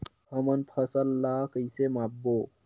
हमन फसल ला कइसे माप बो?